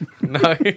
No